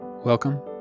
Welcome